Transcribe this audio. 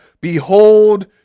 Behold